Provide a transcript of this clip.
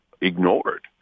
ignored